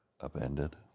upended